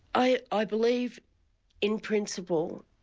i i believe in principle,